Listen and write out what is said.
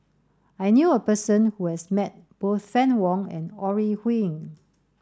I knew a person who has met both Fann Wong and Ore Huiying